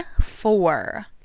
four